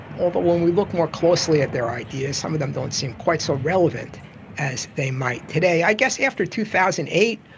although when we look more closely at their ideas some of them don't seem quite so relevant as they might today. i guess after two thousand and eight,